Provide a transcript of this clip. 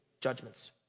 judgments